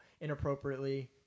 inappropriately –